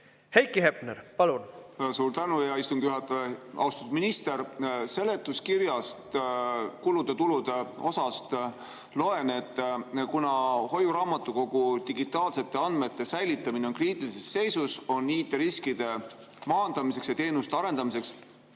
Heiki Hepner, palun! Suur tänu, hea istungi juhataja! Austatud minister! Seletuskirja kulude ja tulude osast loen, et kuna hoiuraamatukogu digitaalsete andmete säilitamine on kriitilises seisus, on IT‑riskide maandamiseks ja teenuste arendamiseks